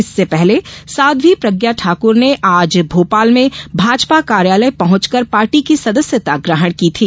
इससे पहले साध्वी प्रज्ञा ठाकुर ने आज भोपाल में भाजपा कार्यालय पहंचकर पार्टी की सदस्यता ग्रहण की थी